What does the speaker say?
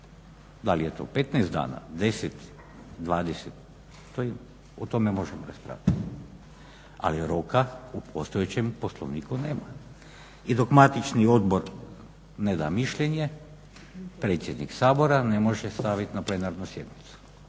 Da li je to 15 dana, 10, 20 o tome možemo raspravljati. Ali roka u postojećem Poslovniku nema. I dok matični odbor ne da mišljenje predsjednik Sabora ne može staviti na plenarnu sjednicu